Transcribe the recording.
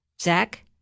Zach